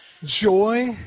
Joy